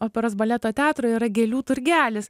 operos baleto teatro yra gėlių turgelis